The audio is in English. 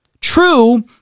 True